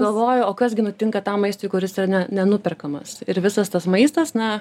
galvoju o kas gi nutinka tam maistui kuris yra ne nenuperkamas ir visas tas maistas na